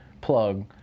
plug